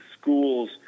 school's